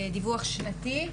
דיווח שנתי,